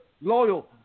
loyal